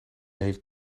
heeft